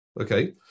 Okay